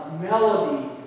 melody